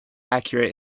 accurate